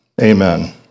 Amen